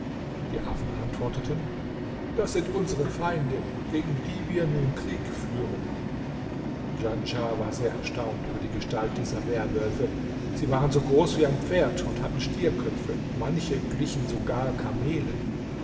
die affen antworteten das sind unsere feinde gegen die wir nun krieg führen djanschah war sehr erstaunt über die gestalt dieser werwölfe sie waren so groß wie ein pferd und hatten stierköpfe manche glichen sogar kamelen